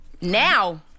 now